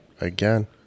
again